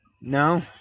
No